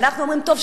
ואנחנו אומרים: טוב,